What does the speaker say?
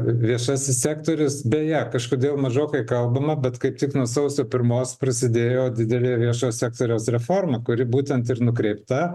viešasis sektorius beje kažkodėl mažokai kalbama bet kaip tik nuo sausio pirmos prasidėjo didelė viešojo sektoriaus reforma kuri būtent ir nukreipta